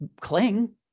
cling